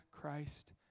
Christ